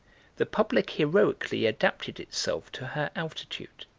the public heroically adapted itself to her altitude.